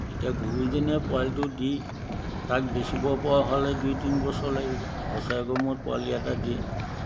এতিয়া গৰুজনীয়ে পোৱালিটো দি তাক বেচিব পৰা হ'লে দুই তিনি বছৰ লাগিব বছৰেকৰ মূৰত পোৱালি এটা দিয়ে